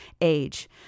age